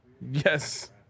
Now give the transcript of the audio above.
Yes